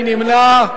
מי נמנע?